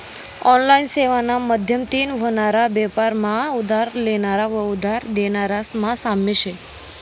online सेवाना माध्यमतीन व्हनारा बेपार मा उधार लेनारा व उधार देनारास मा साम्य शे